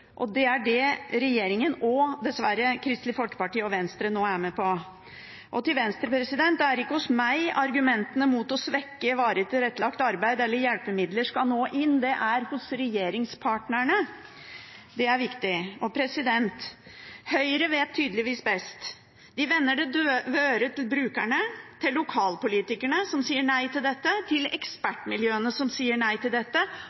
Det er det regjeringen gjør, og som dessverre Kristelig Folkeparti og Venstre nå er med på. Til Venstre: Det er ikke hos meg argumentene mot å svekke varig tilrettelagt arbeid eller hjelpemidler skal nå inn. Det er hos regjeringspartnerne. Det er viktig. Høyre vet tydeligvis best. De vender det døve øret til brukerne – til lokalpolitikerne, som sier nei til dette, til ekspertmiljøene, som sier nei til dette,